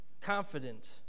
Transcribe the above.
confident